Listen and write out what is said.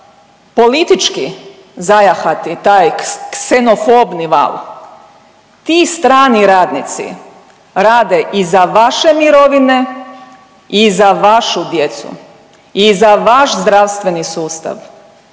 politički zajahati taj ksenofobni val, ti strani radnici rade i za vaše mirovine i za vašu djecu i za vaš zdravstveni sustav